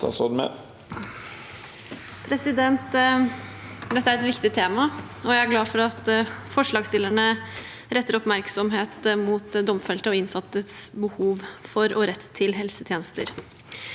Dette er et viktig tema, og jeg er glad for at forslagsstillerne retter oppmerksomhet mot domfelte og innsattes behov for og rett til helsetjenester.